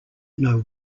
know